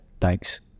thanks